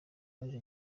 baje